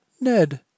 Ned